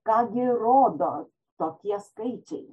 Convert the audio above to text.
ką gi rodo tokie skaičiai